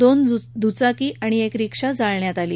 दोन दुचाकी आणि एक रिक्षा जाळण्यात आली